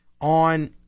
on